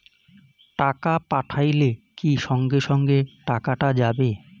টাকা পাঠাইলে কি সঙ্গে সঙ্গে টাকাটা যাবে?